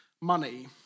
money